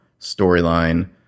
storyline